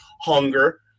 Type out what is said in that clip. hunger